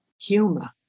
humor